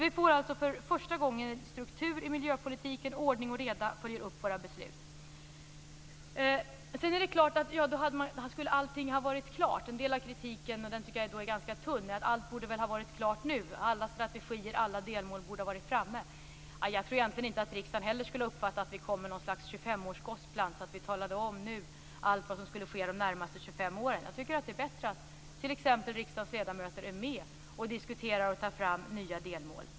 Vi får alltså för första gången en struktur i miljöpolitiken, med ordning och reda och en uppföljning av våra beslut. En del av kritiken som jag tycker är ganska tunn går ut på att allt borde ha varit klart nu, att alla strategier och delmål borde ha varit framme. Jag tror egentligen att riksdagen inte heller skulle ha uppskattat att vi kom med något slags 25-årsgosplan, där vi nu skulle redovisa allt vad som skulle ske under de närmaste 25 åren. Jag tycker att det är bättre att t.ex. riksdagens ledamöter är med i diskussionen om att ta fram nya delmål.